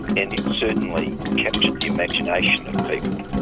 and it certainly captured the imagination of people.